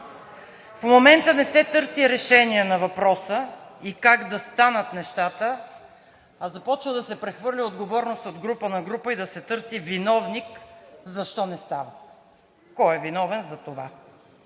В момента не се търси решение на въпроса и как да станат нещата, а започна да се прехвърля отговорност от група на група и да се търси виновник защо не стават. Кой е виновен за това?